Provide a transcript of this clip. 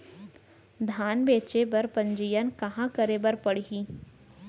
धान बेचे बर पंजीयन कहाँ करे बर पड़ही?